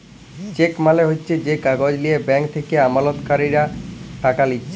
check মালে হচ্যে যে কাগজ লিয়ে ব্যাঙ্ক থেক্যে আমালতকারীরা টাকা লিছে